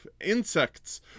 insects